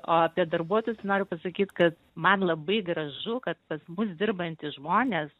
o apie darbuotojus noriu pasakyt kad man labai gražu kad pas mus dirbantys žmonės